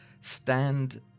stand